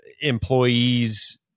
employees